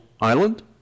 island